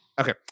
Okay